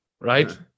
right